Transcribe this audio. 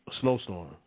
snowstorm